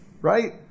Right